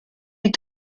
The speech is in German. die